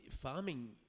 farming